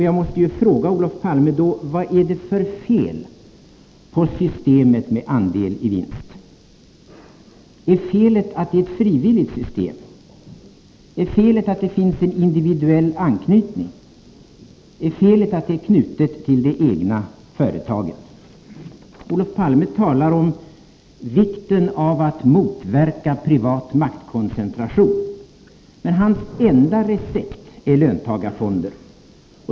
Jag måste då fråga Olof Palme: Vad är det för fel på systemet med andel i vinst? Är felet att det är ett frivilligt system? Är felet att det finns en individuell anknytning? Är felet att det är knutet till det egna företaget? Olof Palme talar om vikten av att motverka privat maktkoncentration — men hans enda recept är löntagarfonder.